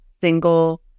single